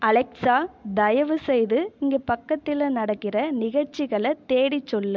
Alexa தயவுசெய்து இங்கே பக்கத்தில் நடக்கிற நிகழ்ச்சிகளை தேடிச் சொல்